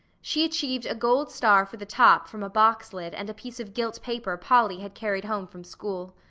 she achieved a gold star for the top from a box lid and a piece of gilt paper polly had carried home from school.